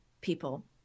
people